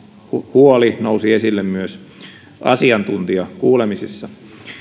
huoli nousi esille myös asiantuntijakuulemisissa